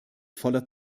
voller